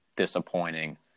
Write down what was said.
disappointing